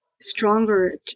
stronger